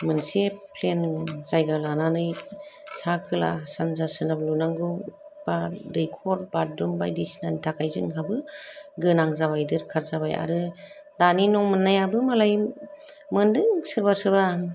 मोनसे प्लेन जायगा लानानै सा खोला सान्जा सोनाब लुनांगौ बा दैखर बाथरुम बायदिसिनानि थाखाय जोंहाबो गोनां जाबाय दोरखार जाबाय आरो दानो न' मोननायाबो मोनदों सोरबा सोरबा